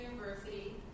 University